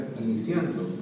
iniciando